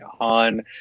on